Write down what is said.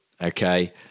okay